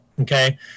okay